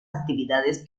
actividades